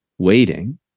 waiting